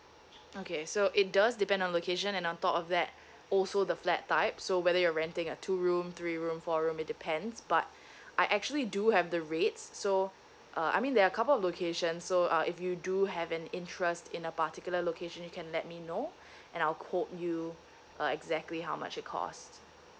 okay so it does depend on location and on top of that also the flat type so whether you're renting a two room three room four room it depends but I actually do have the rates so uh I mean there are couple of locations so uh if you do have an interest in a particular location you can let me know and I'll quote you uh exactly how much it cost